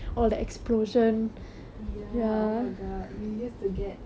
ya[oh] my god you used to get amused by that ah